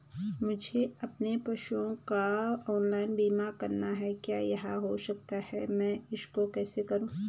मुझे अपने पशुओं का ऑनलाइन बीमा करना है क्या यह हो सकता है मैं इसको कैसे करूँ?